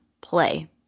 play